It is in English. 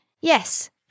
Yes